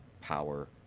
power